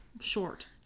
Short